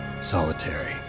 Solitary